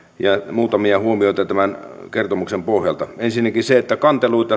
muutamia huomioita tämän kertomuksen pohjalta ensinnäkin se että kanteluita